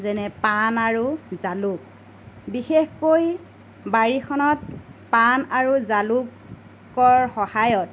যেনে পান আৰু জালুক বিশেষকৈ বাৰীখনত পান আৰু জালুকৰ সহায়ত